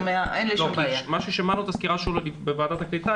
מה ששמענו בסקירה שלו בוועדת הקליטה,